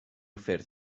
ffyrdd